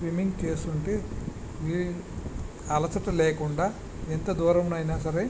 swimming చేస్తుంటే ఏ అలసట లేకుండా ఎంత దూరమునైనా సరే